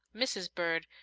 mrs. bird,